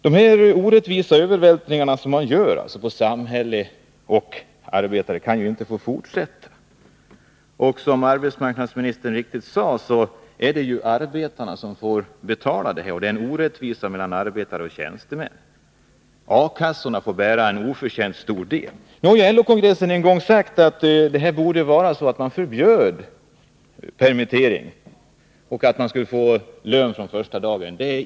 Dessa orättvisa övervältringar som företagen gör på samhälle och arbetare kan inte få fortsätta. Som arbetsmarknadsministern så riktigt sade är det arbetarna som får betala detta, och det är en orättvisa mellan arbetare och tjänstemän. A-kassorna får bära en oförtjänt stor del. LO-kongressen har en gång sagt att man borde förbjuda permittering utan lön och att den permitterade borde få lön från första dagen.